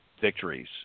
victories